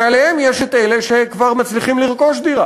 מעליהם יש את אלה שכבר מצליחים לרכוש דירה